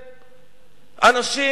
של אנשים